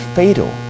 fatal